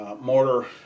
Mortar